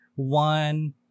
One